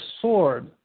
sword